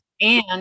And-